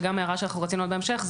זה גם הערה שאנחנו רצינו בהמשך,